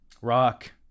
rock